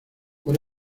por